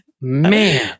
man